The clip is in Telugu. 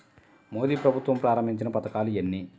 మోదీ ప్రభుత్వం ప్రారంభించిన పథకాలు ఎన్ని?